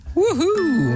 Woohoo